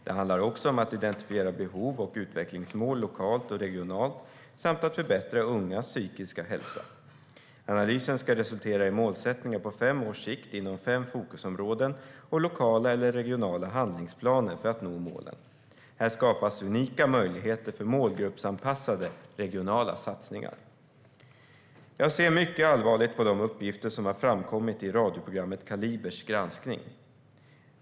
Det handlar också om att identifiera behov och utvecklingsmål lokalt och regionalt samt att förbättra ungas psykiska hälsa. Analysen ska resultera i målsättningar på fem års sikt inom fem fokusområden och lokala eller regionala handlingsplaner för att nå målen. Här skapas unika möjligheter för målgruppsanpassade regionala satsningar. Jag ser mycket allvarligt på de uppgifter som har framkommit i radioprogrammet Kalibers granskning.